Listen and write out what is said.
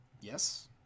Yes